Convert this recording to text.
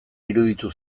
iruditu